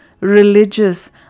religious